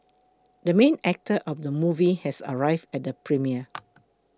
the main actor of the movie has arrived at the premiere